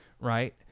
right